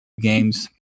games